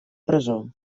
presó